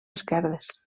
esquerdes